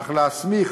אך להסמיך